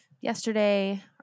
yesterday